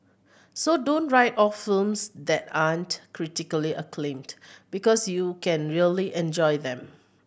so don't write off films that aren't critically acclaimed because you can really enjoy them